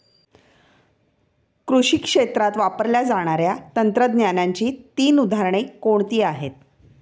कृषी क्षेत्रात वापरल्या जाणाऱ्या तंत्रज्ञानाची तीन उदाहरणे कोणती आहेत?